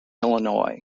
illinois